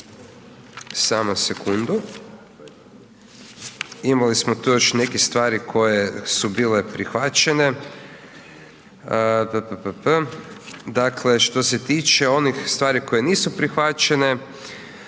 samo sekundu, imali smo tu još nekih stvari koje su bile prihvaćene, dakle što se tiče onih stvari koje nisu prihvaćenje,